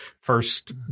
first